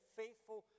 faithful